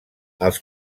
els